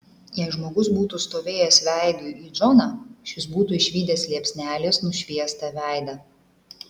jei žmogus būtų stovėjęs veidu į džoną šis būtų išvydęs liepsnelės nušviestą veidą